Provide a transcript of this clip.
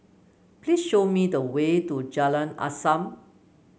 please show me the way to Jalan Azam